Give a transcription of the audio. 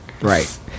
Right